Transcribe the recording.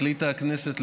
החליטה הכנסת,